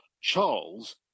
Charles